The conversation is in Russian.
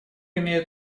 имеет